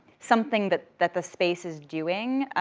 something that that the space is doing,